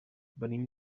venim